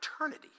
eternity